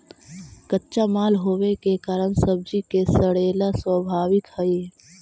कच्चा माल होवे के कारण सब्जि के सड़ेला स्वाभाविक हइ